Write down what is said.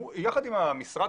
כמובן יחד עם המשרד